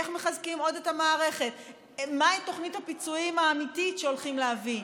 איך מחזקים עוד את המערכת ומהי תוכנית הפיצויים האמיתית שהולכים להביא,